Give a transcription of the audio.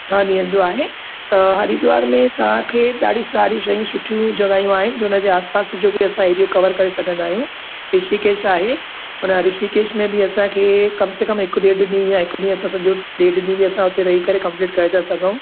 ॾह ॾींहनि जो आहे त हरिद्वार में तव्हांखे ॾाढी सारी शयूं सुठियूं जॻहियूं आहिनि जो हुनजे आसि पासि जो बि असां एरियो कवर करे सघंदा आहियूं ऋषिकेश आहे हुन ऋषिकेश में बि असांखे कम से कम हिकु ॾेढु ॾींहुं या हिकु ॾींहुं असां सॼो ॾेढु ॾींहुं असां हुते रही करे कंपलिट करे था सघूं